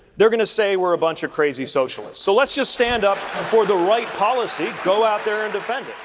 they're going to say we're a bunch of crazy socialists. so let's just stand up for the right policy, go out there and defend it.